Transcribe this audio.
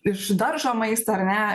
iš daržo maistą ar ne